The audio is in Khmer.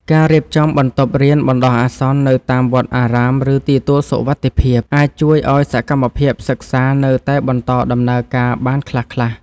ការរៀបចំបន្ទប់រៀនបណ្តោះអាសន្ននៅតាមវត្តអារាម ឬទីទួលសុវត្ថិភាព អាចជួយឱ្យសកម្មភាពសិក្សានៅតែបន្តដំណើរការបានខ្លះៗ។